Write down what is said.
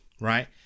right